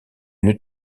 une